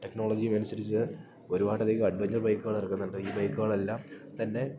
ടെക്നോളജിയുമനുസരിച്ച് ഒരുപാടധികം അഡ്വഞ്ചർ ബൈക്കുകൾ ഇറങ്ങുന്നുണ്ട് ഈ ബൈക്കുകളെല്ലാം തന്നെ